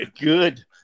Good